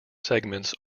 segments